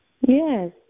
Yes